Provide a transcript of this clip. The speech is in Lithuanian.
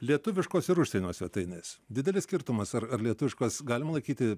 lietuviškos ir užsienio svetainės didelis skirtumas ar ar lietuviškos galim laikyti